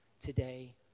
today